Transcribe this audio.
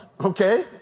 okay